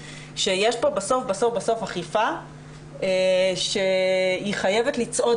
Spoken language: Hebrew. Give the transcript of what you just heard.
שיש פה בסוף בסוף בסוף אכיפה שהיא חייבת לצעוד